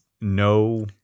No